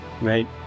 right